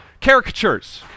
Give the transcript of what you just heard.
Caricatures